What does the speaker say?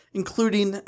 including